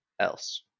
else